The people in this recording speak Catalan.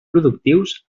productius